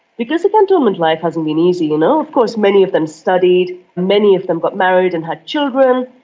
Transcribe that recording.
because the cantonment life hasn't been easy, you know? of course many of them studied, many of them got married and had children,